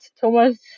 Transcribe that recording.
Thomas